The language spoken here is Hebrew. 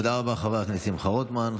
תודה רבה, חבר הכנסת שמחה רוטמן.